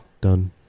done